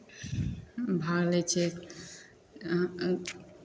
भाग लै छियै